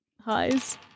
Highs